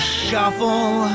shuffle